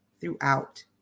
throughout